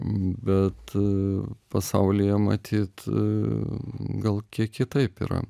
bet pasaulyje matyt gal kiek kitaip yra